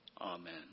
Amen